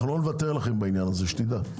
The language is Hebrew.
אנחנו לא נוותר לכם בעניין הזה, שתדע.